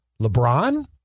LeBron